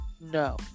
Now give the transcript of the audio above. no